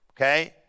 Okay